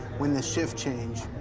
when the shift change.